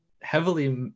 heavily